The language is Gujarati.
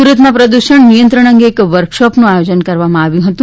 સુરતમાં પ્રદુષણ નિયંત્રણ અંગે એક વર્કશોપનું આયોજન કરવામાં આવ્યું હતું